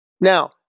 Now